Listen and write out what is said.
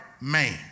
man